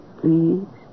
please